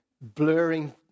blurring